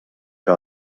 que